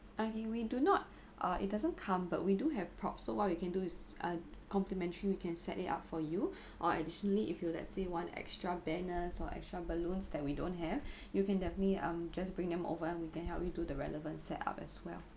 okay we do not uh it doesn't come but we do have props so what we can do is uh complimentary we can set it up for you or additionally if you let's say want extra banners or extra balloons that we don't have you can definitely um just bring them over we can help you do the relevant set up as well